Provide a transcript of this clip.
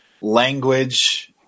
language